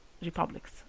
republics